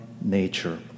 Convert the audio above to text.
nature